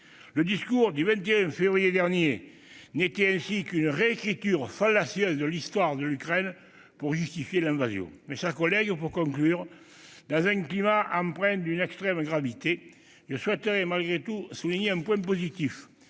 Le discours du 21 février dernier n'était ainsi qu'une réécriture fallacieuse de l'histoire de l'Ukraine, servant à justifier l'invasion. Mes chers collègues, pour conclure, dans ce climat empreint d'une extrême gravité, je souhaiterais malgré tout souligner un point positif.